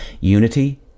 Unity